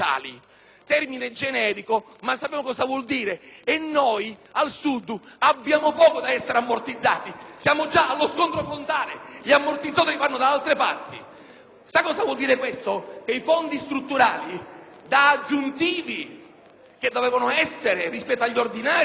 termine generico ma sappiamo che cosa vuole dire. Tuttavia, noi al Sud abbiamo poco da essere ammortizzati, perché siamo già allo scontro frontale; gli ammortizzatori vanno da altre parti! Ciò vuol dire che i fondi strutturali, da aggiuntivi che dovevano essere rispetto agli ordinari,